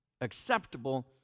acceptable